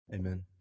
Amen